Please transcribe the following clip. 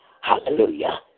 Hallelujah